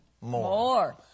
more